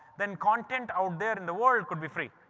then content out there in the world could be free.